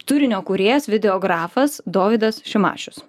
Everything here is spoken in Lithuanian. turinio kūrėjas video grafas dovydas šimašius